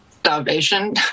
starvation